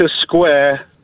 square